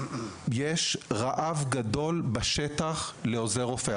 יש רעב גדול בשטח לעוזר רופא,